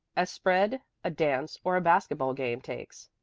a spread, a dance or a basket-ball game takes.